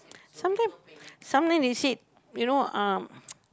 sometime sometime they say you know uh